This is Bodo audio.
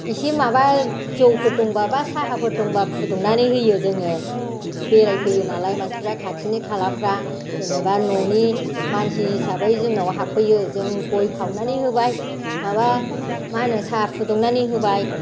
एसे माबा जौफोर दंबा बा साहाफोर दंबा फुदुंनानै होयो जोङो बेरायफैयो नालाय मानसिफोरा खाथिनि खालाफ्रा जेनेबा न'नि मानसि हिसाबै जोंनाव हाबफैयो जों गय खावनानै होबाय माबा मा होनो साहा फुदुंनानै होबाय